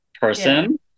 person